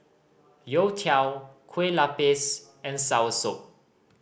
youtiao Kueh Lupis and soursop